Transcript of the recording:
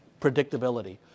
predictability